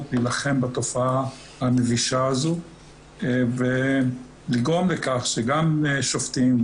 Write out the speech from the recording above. ולהילחם בתופעה המבישה הזו ולגרום לכך שגם שופטים,